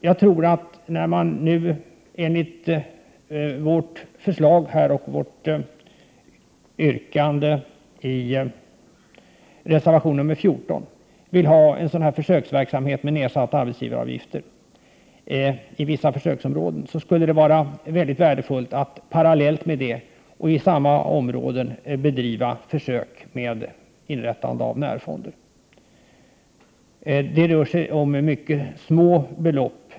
Jag tror att det skulle vara mycket värdefullt att parallellt med den försöksverksamhet med nedsatta arbetsgivaravgifter som vi i reservation 14 föreslår skall bedrivas i vissa försöksområden även bedriva försök med inrättande av närfonder i samma områden. Det rör sig här om mycket små belopp.